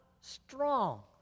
strong